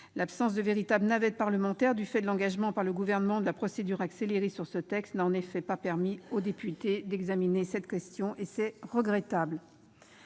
L'absence de véritable navette parlementaire, du fait de l'engagement, par le Gouvernement, de la procédure accélérée sur ce texte, n'a en effet pas permis aux députés d'examiner cette question. Cela est regrettable.